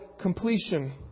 completion